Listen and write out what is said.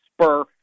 spur